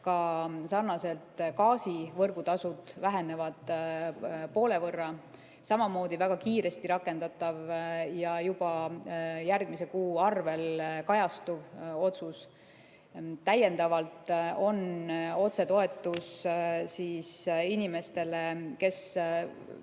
ka sarnaselt gaasi võrgutasud vähenevad poole võrra. Samamoodi väga kiiresti rakendatav ja juba järgmise kuu arvel kajastuv otsus on täiendavalt otsetoetus inimestele, kes